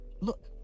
look